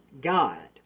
God